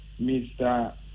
mr